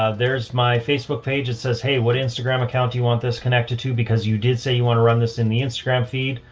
ah there's my facebook page. it says, hey, what instagram account do you want this connected to? because you did say you want to run this in the instagram feed.